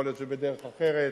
יכול להיות שבדרך אחרת.